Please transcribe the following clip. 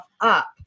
up